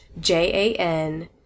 J-A-N